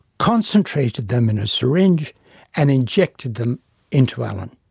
concentrated them in a syringe and injected them into alan.